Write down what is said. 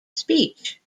speech